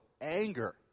anger